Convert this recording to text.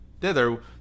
thither